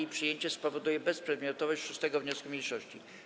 Jej przyjęcie spowoduje bezprzedmiotowość 6. wniosku mniejszości.